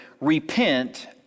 repent